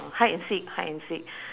uh hide and seek hide and seek